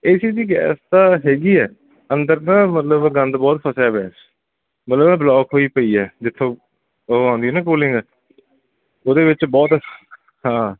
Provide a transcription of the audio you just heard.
ਏ C ਦੀ gas ਤਾਂ ਹੈਗੀ ਹੈ ਅੰਦਰ ਨਾ ਮਤਲਬ ਗੰਦ ਬਹੁਤ ਫਸਿਆ ਪਿਆ ਮਤਲਬ ਨਾ ਬਲੋਕ ਹੋਈ ਪਈ ਹੈ ਜਿੱਥੋਂ ਉਹ ਆਉਂਦੀ ਨਾ ਕੂਲਿੰਗ ਉਹਦੇ ਵਿੱਚ ਬਹੁਤ ਹਾਂ